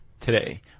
today